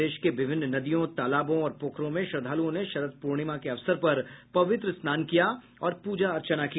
प्रदेश के विभिन्न नदियों तालाबों और पोखरों में श्रद्वालुओं ने शरद पूर्णिमा के अवसर पर पवित्र स्नान किया और पूजा अर्चना की